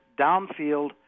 downfield